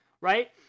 right